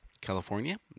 California